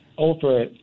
Over